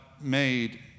made